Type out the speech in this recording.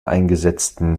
eingesetzten